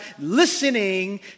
listening